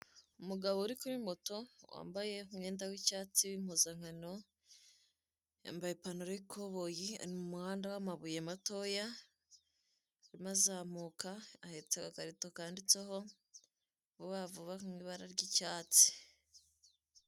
umugabo uri kuri moto wambaye umwenda w'icyatsi w'impuzankano yambaye ipantaro y'ikoboyi ari mu muhanda w'amabuye matoya arimo azamuka ahetse agakarito kanditseho vubavuba mu ibara ry'icyatsi.